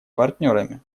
партнерами